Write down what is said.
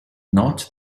not